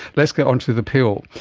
let's get onto the pill.